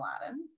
Aladdin